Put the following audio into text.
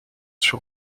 sur